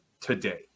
today